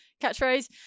Catchphrase